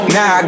Now